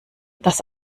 das